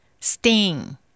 Sting